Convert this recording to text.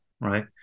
right